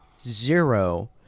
zero